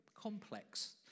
complex